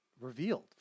revealed